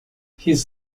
his